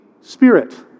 Spirit